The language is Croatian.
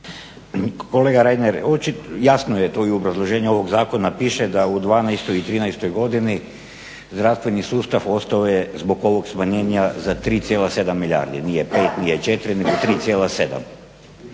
Kolega Reiner, jasno je to i u obrazloženju ovog zakona piše da u '12. i '13. godini zdravstveni sustav ostao je zbog ovog smanjenja za 3,7 milijardi, nije 5, nije 4, nego 3,7.